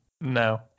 No